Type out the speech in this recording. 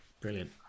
Brilliant